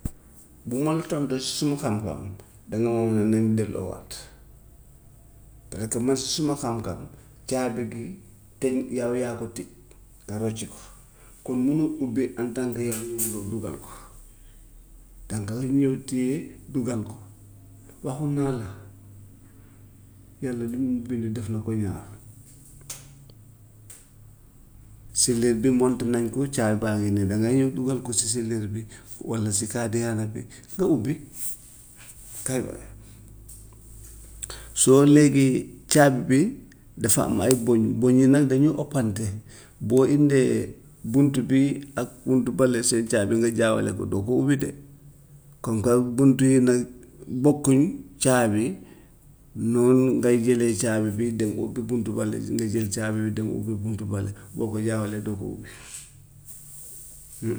Bu ma la tontoo si suma xam-xam, danga may wax ne nañ dégluwaat, parce que man ci suma xam-xam caabi bi tëj yow yaa ko tëj, nga rocci ko, kon nu ñuy ubbee en tant que yow mun nga ñëw dugal ko, dangay ñëw téye dugal ko. Waxoon naa la yàlla li muy bind def na ko ñaar. Seliir bi monter nañ ko caabi baa ngi nii dangay nëw dugal ko si seliir bi, walla si kadiyara bi nga ubbi kay waay. Soo look(ee) caabi bi dafa am ay bëñ, bëñ yi nag dañu ëppante, boo indee bunt bii ak bunt bële seen caabi nga jaawale ko doo ko ubbi de, comme que bunt yi nag bokkuñu caabi noonu ngay jëlee caabi bi dem ubbi bunt bële nga jël caabi bi dem ubbi bunt bële boo ko jaawalee doo ko ubbi.